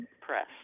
Press